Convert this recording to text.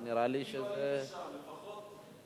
נראה לי שזה, אני לא הייתי שם, לפחות.